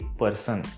person